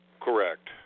Correct